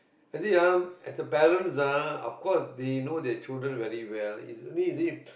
you see ah as a parents ah of course they know their children very well is only see